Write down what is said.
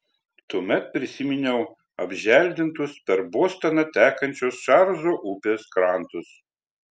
tuomet prisiminiau apželdintus per bostoną tekančios čarlzo upės krantus